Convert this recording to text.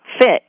fit